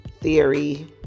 theory